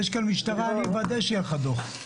יש כאן משטרה, אני אוודא שיהיה לך דוח.